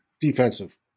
Defensive